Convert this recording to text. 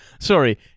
Sorry